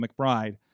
McBride